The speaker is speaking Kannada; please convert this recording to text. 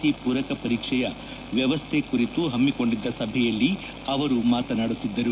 ಸಿ ಪೂರಕ ಪರೀಕ್ಷೆಯ ಸುಮ್ಮವಸ್ಥೆಯ ಕುರಿತು ಹಮ್ಮಿಕೊಂಡಿದ್ದ ಸಭೆಯಲ್ಲಿ ಅವರು ಮಾತನಾಡುತ್ತಿದ್ದರು